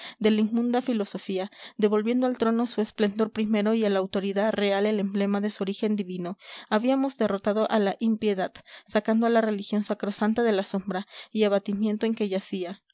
de la inmunda filosofía devolviendo al trono su esplendor primero y a la autoridad real el emblema de su origen divino habíamos derrotado a la impiedad sacando a la religión sacrosanta de la sombra y abatimiento en que yacía